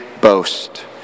boast